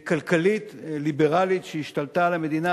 מדיניות כלכלית ליברלית שהשתלטה על המדינה,